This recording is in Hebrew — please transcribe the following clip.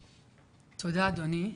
תודה, אדוני.